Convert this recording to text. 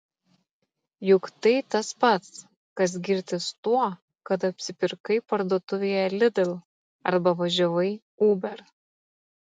juk tai tas pats kas girtis tuo kad apsipirkai parduotuvėje lidl arba važiavai uber